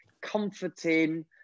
comforting